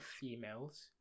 females